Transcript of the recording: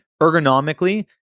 ergonomically